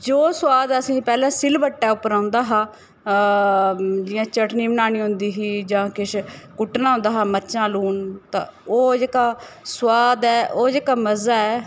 जो सुआद असेंगी पैह्ले सिल बट्टै उप्पर औंदा हा जियां चटनी बनानी होंदी ही जां किश कुट्टना होंदा हा मरचां लून त ओह् जेह्का सुआद ऐ ओह् जेह्का मज़ा ऐ